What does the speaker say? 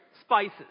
spices